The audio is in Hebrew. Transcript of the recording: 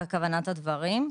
הדברים.